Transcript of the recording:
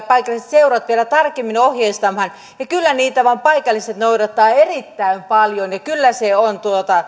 paikalliset seurat pystyvät vielä tarkemmin ohjeistamaan ja kyllä niitä paikalliset vain noudattavat erittäin paljon ja kyllä se on